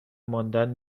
ماندن